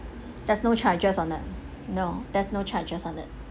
there's no charges on it no there's no charges on it